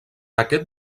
aquest